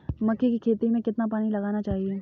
मक्के की खेती में कितना पानी लगाना चाहिए?